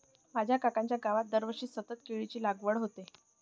माझ्या काकांच्या गावात दरवर्षी सतत केळीची लागवड होते